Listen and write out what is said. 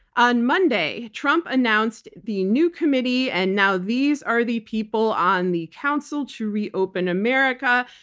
on monday, trump announced the new committee, and now these are the people on the council to reopen america.